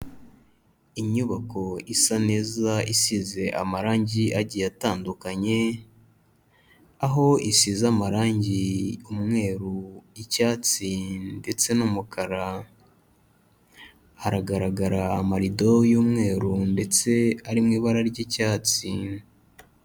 Inyubako isa neza isize amarangi agiye atandukanye aho isize amarangi umweru, icyatsi ndetse n'umukara, haragaragara amarido y'umweru ndetse ari mu ibara ry'icyatsi.